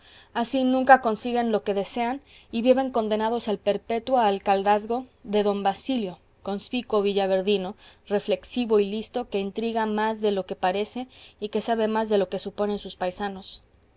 así no consiguen nunca lo que desean y viven condenados al perpetuo alcaldazgo de don basilio conspicuo villaverdino reflexivo y listo que intriga más de lo que parece y que sabe más de lo que suponen sus paisanos